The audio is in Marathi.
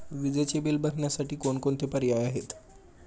विजेचे बिल भरण्यासाठी कोणकोणते पर्याय आहेत?